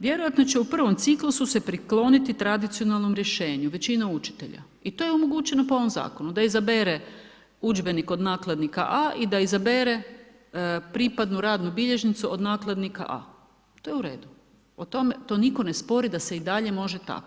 Vjerojatno će u prvom ciklusu se prikloniti tradicionalnom rješenju, većina učitelja i to je omogućeno po ovom zakonu da izabere udžbenik od nakladnika A i da izabere pripadnu radnu bilježnicu od nakladnika A. I to je u redu, o tome, to nitko ne spori da se i dalje može tako.